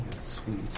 Sweet